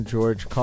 George